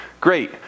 Great